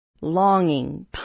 Longing